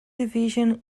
division